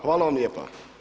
Hvala vam lijepa.